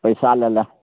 पैसा लै लऽ